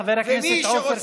חבר הכנסת עופר כסיף.